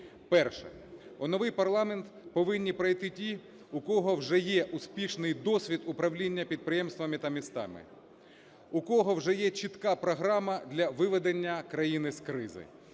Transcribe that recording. Перше. У новий парламент повинні прийти ті, у кого вже є успішний досвід управління підприємствами та містами, у кого вже є чітка програма для виведення країни з кризи.